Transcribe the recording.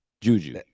Juju